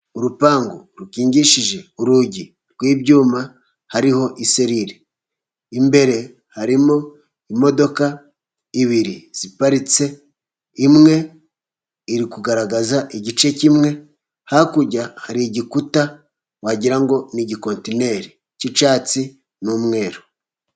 Urupangu rukingishije urugi rw'ibyuma hariho iseliri. imbere harimo imodoka ebyiri ziparitse imwe iri kugaragaza igice kimwe hakurya hari igikuta wagira ngo n'igikontineri cy'icyatsi n'umweru.